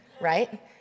right